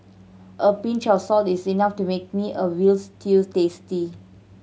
a pinch of salt is enough to make me a veal stew tasty